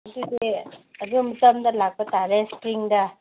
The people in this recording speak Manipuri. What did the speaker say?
ꯑꯗꯨꯗꯤ ꯑꯗꯨꯒꯤ ꯃꯇꯝꯗ ꯂꯥꯛꯄ ꯇꯥꯔꯦ ꯁ꯭ꯄꯔꯤꯡꯗ